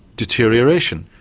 deterioration.